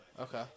Okay